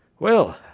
well,